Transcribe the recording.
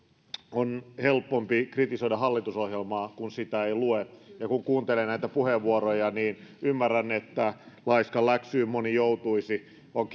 on helpompi kritisoida hallitusohjelmaa kun sitä ei lue ja kun kuuntelee näitä puheenvuoroja niin niin ymmärrän että laiskanläksyyn moni joutuisi on